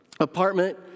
Apartment